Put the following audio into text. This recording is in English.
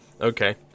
Okay